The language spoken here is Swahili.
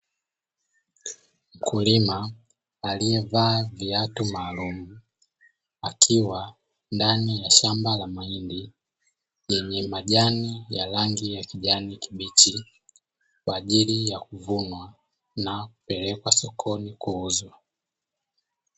Mkulima aliyevaa viatu maalumu, akiwa ndani ya shamba la mahindi yenye majani ya rangi ya kijani kibichi, kwa ajili ya kuvunwa na kupelekwa sokoni kuuzwa.